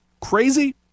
crazy